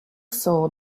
soul